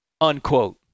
unquote